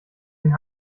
den